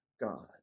God